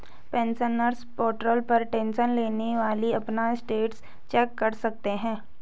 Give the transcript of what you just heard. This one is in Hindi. पेंशनर्स पोर्टल पर टेंशन लेने वाली अपना स्टेटस चेक कर सकते हैं